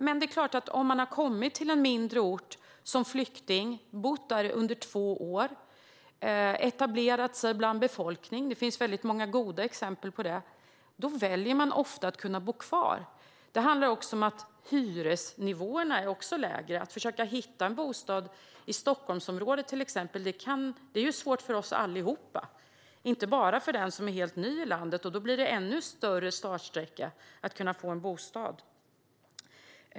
Men har man kommit som flykting till en mindre ort, bott där under två år och etablerat sig bland befolkningen - det finns många goda exempel på det - väljer man ofta att bo kvar. Det handlar också om att hyresnivåerna är lägre. Att försöka hitta en bostad i Stockholmsområdet är svårt för alla, inte bara för den som är ny i landet - även om startsträckan då blir ännu längre.